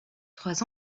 trois